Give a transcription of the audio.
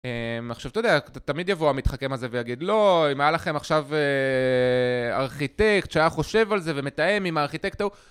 עכשיו, אתה יודע, תמיד יבוא המתחכם הזה ויגיד, לא, אם היה לכם עכשיו ארכיטקט שהיה חושב על זה ומתאם עם הארכיטקט ההוא...